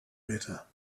better